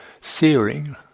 searing